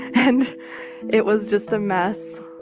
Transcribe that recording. and it was just a mess.